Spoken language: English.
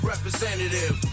representative